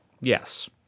Yes